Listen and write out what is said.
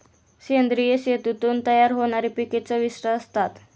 सेंद्रिय शेतीतून तयार होणारी पिके चविष्ट असतात